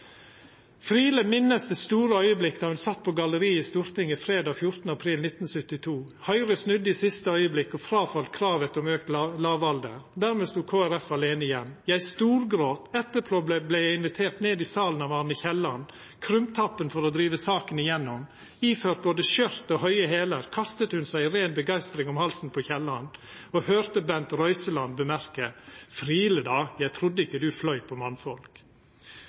på galleriet i Stortinget fredag 14. april 1972: «Høyre snudde i siste øyeblikk, og frafalt kravet om økt lavalder. Dermed sto Kr.F. alene igjen. - Jeg storgråt. Etterpå ble jeg invitert ned i salen av Arne Kielland, krumtappen for å drive saken igjennom. Iført både skjørt og høye hæler kastet hun seg i ren begeistring om halsen på Kielland, og hørte Bent Røiseland bemerke: – Friele da. Jeg trodde ikke du fløy på mannfolk.»